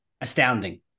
astounding